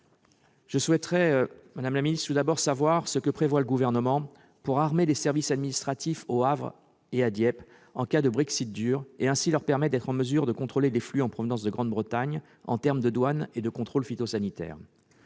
Je souhaiterais savoir, madame la secrétaire d'État, ce que prévoit le Gouvernement pour armer les services administratifs au Havre et à Dieppe en cas de Brexit « dur » et ainsi leur permettre d'être en mesure de contrôler les flux en provenance de Grande-Bretagne en termes de douane et de contrôles phytosanitaires.